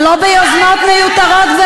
ולא ביוזמות מיותרות,